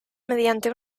mediante